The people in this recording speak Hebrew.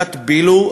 ואגודת ביל"ו,